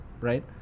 right